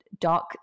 dark